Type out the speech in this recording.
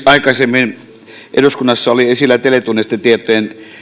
aikaisemmin eduskunnassa oli esillä teletunnistetietojen